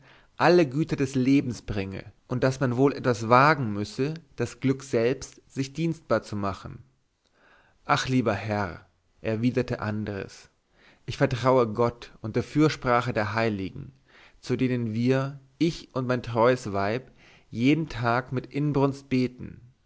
alle güter des lebens bringe und daß man wohl etwas wagen müsse das glück selbst sich dienstbar zu machen ach lieber herr erwiderte andres ich vertraue gott und der fürsprache der heiligen zu denen wir ich und mein treues weib jeden tag mit inbrunst beten